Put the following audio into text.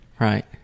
right